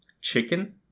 Chicken